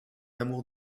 amour